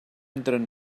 entren